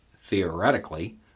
theoretically